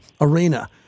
Arena